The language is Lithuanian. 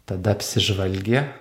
tada apsižvalgė